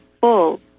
full